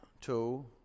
two